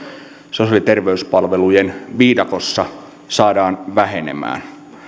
sosiaali ja terveyspalvelujen viidakossa saadaan vähenemään